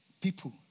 people